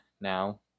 now